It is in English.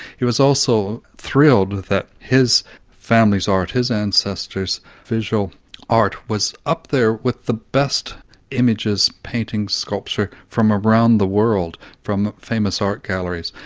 he was also thrilled that his family's art, his ancestors' visual art was up there with the best images, paintings, sculpture from around the world from famous art galleries.